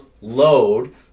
load